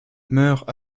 meurt